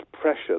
pressure